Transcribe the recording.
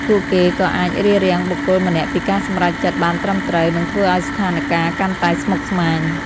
ពួកគេក៏អាចរារាំងបុគ្គលម្នាក់ពីការសម្រេចចិត្តបានត្រឹមត្រូវ និងធ្វើឲ្យស្ថានការណ៍កាន់តែស្មុគស្មាញ។